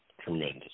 Tremendous